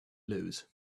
lose